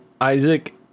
Isaac